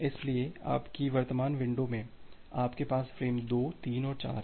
इसलिए आपकी वर्तमान विंडो में आपके पास फ़्रेम 2 3 और 4 है